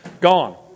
Gone